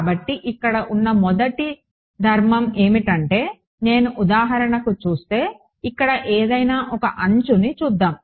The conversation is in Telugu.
కాబట్టి ఇక్కడ ఉన్న మొదటి ఆస్తి ఏమిటంటే నేను ఉదాహరణకు చూస్తే ఇక్కడ ఏదైనా ఒక అంచుని చూద్దాం